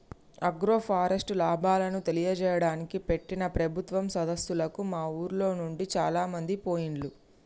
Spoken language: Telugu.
ఆగ్రోఫారెస్ట్ లాభాలను తెలియజేయడానికి పెట్టిన ప్రభుత్వం సదస్సులకు మా ఉర్లోనుండి చాలామంది పోయిండ్లు